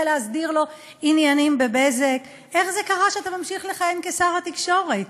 להסדיר לו עניינים ב"בזק" איך זה קרה שאתה ממשיך לכהן כשר התקשורת?